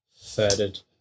Thirded